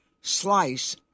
slice